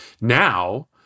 now